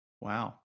wow